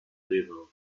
river